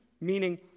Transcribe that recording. meaning